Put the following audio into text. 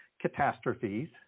catastrophes